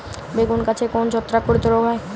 বেগুন গাছে কোন ছত্রাক ঘটিত রোগ হয়?